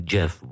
Jeff